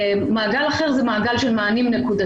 מעגל אחר הוא מענים נקודתיים,